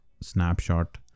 snapshot